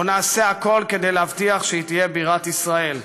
או שנעשה הכול כדי להבטיח שהיא תהיה בירת ישראל.